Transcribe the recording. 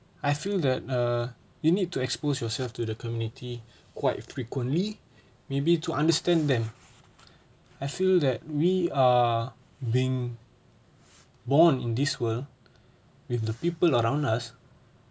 I feel that err you need to expose yourself to the community quite frequently maybe to understand them I feel that we are being born in this world with the people around us